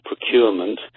procurement